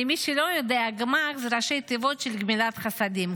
למי שלא יודע, גמ"ח זה ראשי תיבות של גמילת חסדים.